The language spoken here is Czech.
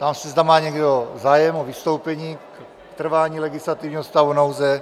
Ptám se, zda má někdo zájem o vystoupení k trvání legislativního stavu nouze.